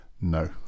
no